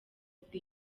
the